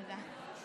תודה.